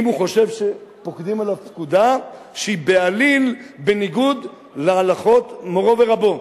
אם הוא חושב שפוקדים עליו פקודה שהיא בעליל בניגוד להלכות מורו ורבו,